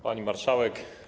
Pani Marszałek!